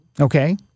Okay